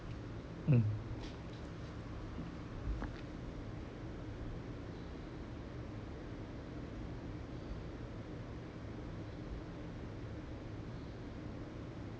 mm